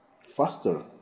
faster